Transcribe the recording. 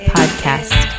Podcast